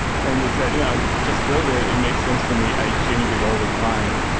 and they said, yeah i just built it. it makes sense for me. i change it all the time,